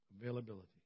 Availability